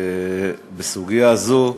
בסוגיה זו,